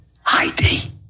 Heidi